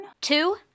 Two